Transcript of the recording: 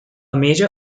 major